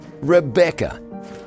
Rebecca